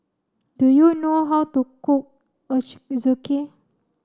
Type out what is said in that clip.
do you know how to cook Ochazuke